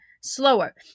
slower